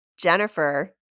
Jennifer